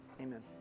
amen